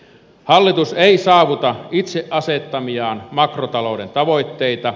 hallitus ei saavuta itse asettamiaan makrotalouden tavoitteita